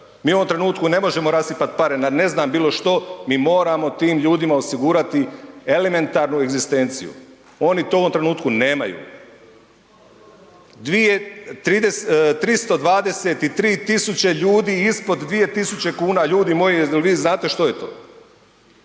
Mi u ovom trenutku ne možemo rasipati pare na ne znam bilo što, mi moramo tim ljudima osigurati elementarnu egzistenciju. Oni to u ovom trenutku nemaju. 323 tisuće ljudi ispod 2000 kuna, ljudi moji je li vi znate što je to?